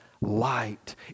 light